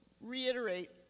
reiterate